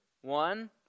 one